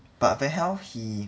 but van gaal he